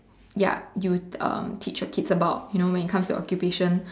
ya you teach um your kids about you know when it comes to occupation